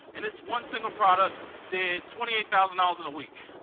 and this one single product did twenty eight thousand dollars in a week.